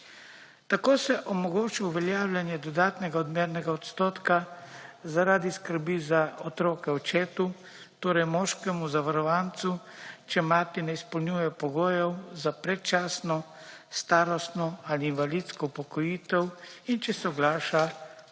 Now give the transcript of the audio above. Tako se je omogočilo uveljavljanje dodatnega odmernega odstotka zaradi skrbi za otroke očetu, torej moškemu zavarovancu, če mati ne izpolnjuje pogojev za predčasno starostno ali invalidsko upokojitev in če soglaša